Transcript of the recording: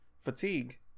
fatigue